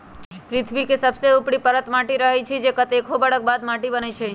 पृथ्वी के सबसे ऊपरी परत माटी रहै छइ जे कतेको बरख बाद माटि बनै छइ